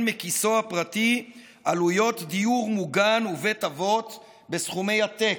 מכיסו הפרטי עלויות דיור מוגן ובית אבות בסכומי עתק,